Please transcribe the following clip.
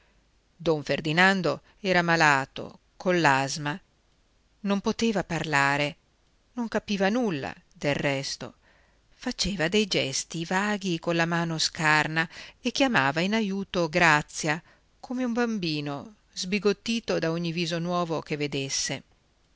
don ferdinando era malato coll'asma non poteva parlare non capiva nulla del resto faceva dei gesti vaghi colla mano scarna e chiamava in aiuto grazia come un bambino sbigottito da ogni viso nuovo che vedesse